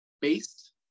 based